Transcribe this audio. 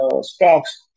stocks